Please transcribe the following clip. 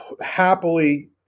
happily